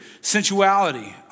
sensuality